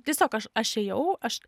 tiesiog aš aš ėjau aš